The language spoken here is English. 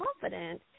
confident